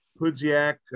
Pudziak